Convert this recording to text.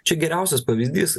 čia geriausias pavyzdys